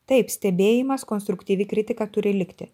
taip stebėjimas konstruktyvi kritika turi likti